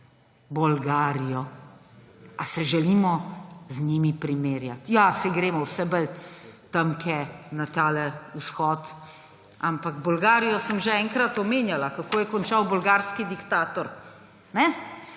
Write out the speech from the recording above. Bolgarijo. Ali se želimo z njimi primerjati? Ja, saj gremo vse bolj tja na tale vzhod. Ampak Bolgarijo sem že enkrat omenjala, kako je končal bolgarski diktator, pa